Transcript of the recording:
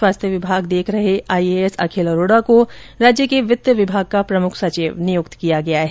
स्वास्थ्य विभाग देख रहे आईएएस अखिल अरोड़ा को राज्य के वित्त विभाग का प्रमुख सचिव नियुक्त किया गया है